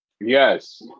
Yes